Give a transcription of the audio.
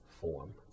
form